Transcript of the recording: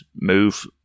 move